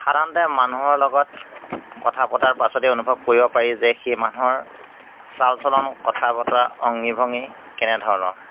সাধাৰণতে মানুহৰ লগত কথা পতাৰ পাছতেই অনুভৱ কৰিব পাৰি যে সেই মানুহৰ চালচলন কথা বতৰা অঙ্গীভঙ্গী কেনেধৰণৰ